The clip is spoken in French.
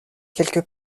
quelque